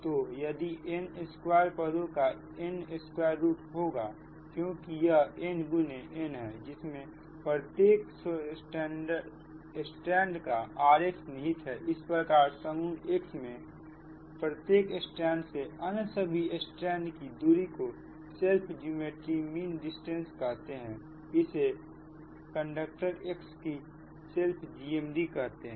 तो यदि n square पदों का n स्क्वायर रूट होगा क्योंकि यह n गुने n है जिसमें प्रत्येक स्ट्रैंड का rx निहित है इस प्रकार समूह X में प्रत्येक स्ट्रैंड से अन्य सभी स्ट्रैंड की दूरी को सेल्फ ज्योमैट्रिक मीन डिस्टेंस कहते हैं इसे कंडक्टर X की सेल्फ GMD कहते हैं